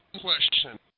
question